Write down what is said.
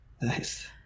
Nice